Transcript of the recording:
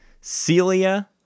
Celia